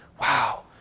Wow